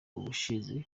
ubushize